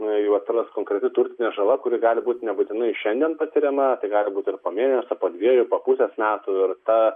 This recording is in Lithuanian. jegu atsiras konkreti turtinė žala kuri gali būti nebūtinai šiandien patiriama tai gali būti ir po mėnesio po dviejų po pusės metų ir ta